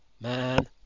Man